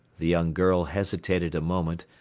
the young girl hesitated a moment,